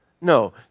No